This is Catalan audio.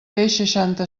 seixanta